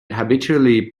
habitually